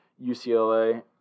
UCLA